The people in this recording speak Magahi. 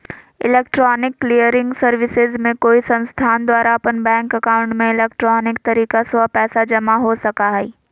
इलेक्ट्रॉनिक क्लीयरिंग सर्विसेज में कोई संस्थान द्वारा अपन बैंक एकाउंट में इलेक्ट्रॉनिक तरीका स्व पैसा जमा हो सका हइ